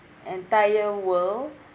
entire world